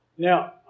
Now